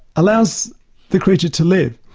allows the creature to live.